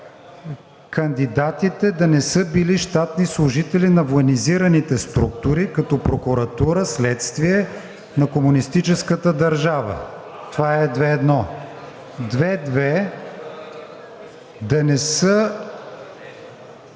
Кандидатите да не са били щатни служители на военизираните структури като прокуратура (следствие) на комунистическата държава. 2.2. Да не са